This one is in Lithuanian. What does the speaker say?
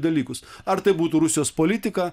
dalykus ar tai būtų rusijos politika